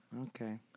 Okay